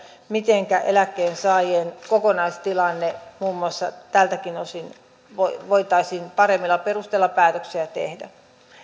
mitenkä on eläkkeensaajien kokonaistilanne ja muun muassa tältäkin osin voitaisiin paremmilla perusteilla päätöksiä tehdä